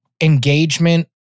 engagement